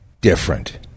different